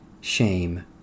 shame